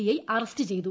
I അറസ്റ്റു ചെയ്തു